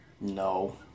no